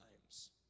times